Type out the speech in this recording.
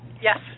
Yes